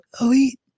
elite